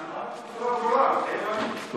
אמרתי בצורה ברורה: מתחייב אני.